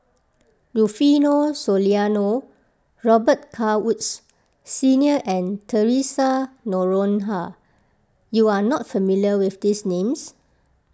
Rufino Soliano Robet Carr Woods Senior and theresa Noronha you are not familiar with these names